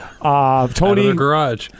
Tony